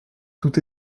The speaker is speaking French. tout